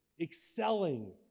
excelling